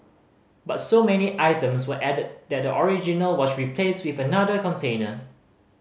but so many items were added that the original was replaced with another container